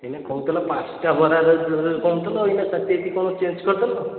ଏଇନେ କହୁଥିଲ ପାଞ୍ଚଟା ବରା କହୁଥିଲ ଏଇନା ସାଥିସାଥି କ'ଣ ଚେଞ୍ କରିଦେଲ